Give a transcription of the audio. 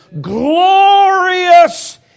glorious